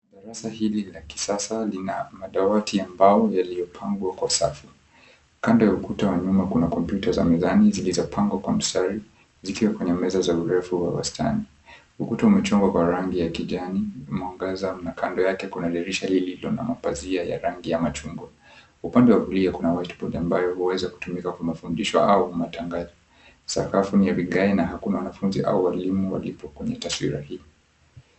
Darasa hili la kisasa lina madawati ambao yaliyopangwa kwa usafi kando ya ukuta wa nyuma kuna kompyuta za mezani zilizopangwa kwa mstari zikiwa kwenye meza za urefu wa wastani. Ukuta umechomwa kwa rangi ya kijani mwangaza na kando yake kuna dirisha lililo na mapazia ya rangi ya machungwa, upande wa kulia kuna whiteboard ambayo waweza kutumika kwa mafundisho au matangazo sakafu ni ya vigae na hakuna wanafunzi au walimu walipo kwenye taswira hii.